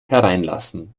hereinlassen